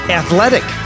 athletic